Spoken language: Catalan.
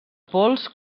pols